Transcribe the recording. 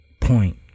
point